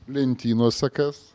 lentynose kas